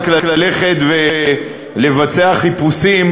רק ללכת ולבצע חיפושים?